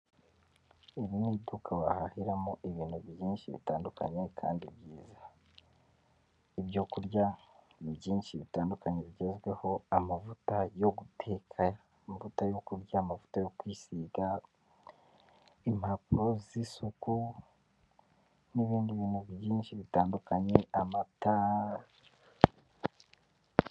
Iri ni iduka wahahiramo ibintu byinshi bitandukanye kandi byiza, ibyo kurya byinshi bitandukanye bigezweho, amavuta yo guteka, amavuta yo kurya, amavuta yo kwisiga, impapuro z'isuku n'ibindi bintu byinshi bitandukanye amata.